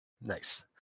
Nice